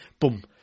boom